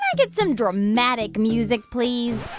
um get some dramatic music, please?